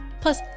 Plus